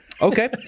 okay